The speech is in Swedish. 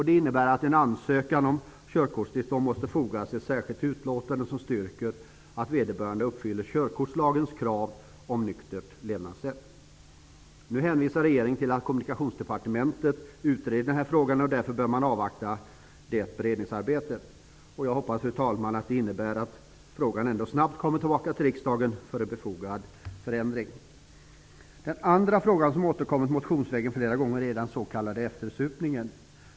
Det innebär att man till en ansökan om körkortstillstånd måste foga ett särskilt utlåtande som styrker att vederbörande uppfyller körkortslagens krav på ett nyktert levnadssätt. Nu hänvisar regeringen till att Kommunikationsdepartementet utreder denna fråga och att man därför bör avvakta det beredningsarbetet. Jag hoppas, fru talman, att det innebär att frågan ändå snabbt kommer tillbaka till riksdagen för en befogad förändring. Den andra frågan, som har återkommit motionsvägen flera gånger, är den s.k. eftersupningen.